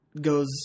goes